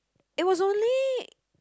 it was only